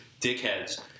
dickheads